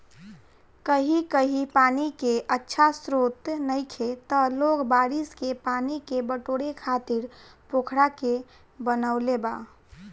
कही कही पानी के अच्छा स्त्रोत नइखे त लोग बारिश के पानी के बटोरे खातिर पोखरा के बनवले बा